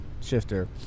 shifter